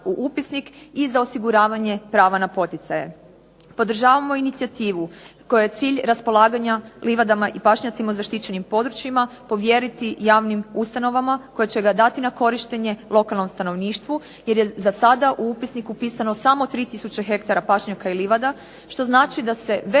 u upisnik upisano samo 3 tisuće hektara pašnjaka i livada, što znači da se veliki